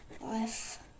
life